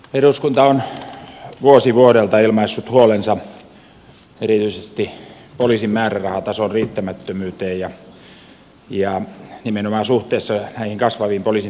eduskunta on vuosi vuodelta ilmaissut huolensa erityisesti poliisin määrärahatason riittämättömyyteen ja nimenomaan suhteessa näihin kasvaviin poliisin toimintamenoihin